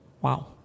Wow